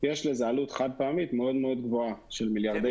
יש לזה עלות חד-פעמית מאוד מאוד גבוהה של מיליארדי שקלים.